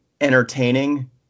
entertaining